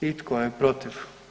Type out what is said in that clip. I tko je protiv?